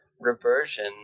reversion